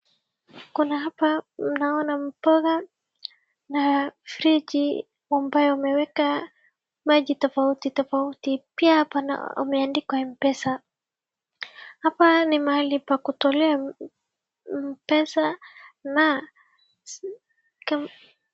Kuna hapa naona mboga na friji ambayo wameweka maji tofautitofauti, pia pana imeandikwa mpesa. Hapa ni mahali pa kutolea pesa na.